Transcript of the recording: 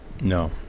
No